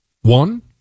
One